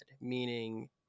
meaning